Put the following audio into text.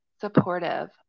supportive